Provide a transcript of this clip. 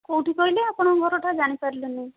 କେଉଁଠି କହିଲେ ଆପଣଙ୍କ ଘରଟା ଜାଣି ପାରିଲିନି